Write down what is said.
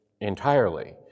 entirely